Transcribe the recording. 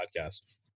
Podcast